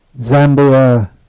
Zambia